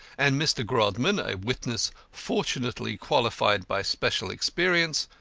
and mr. grodman, a witness fortunately qualified by special experience,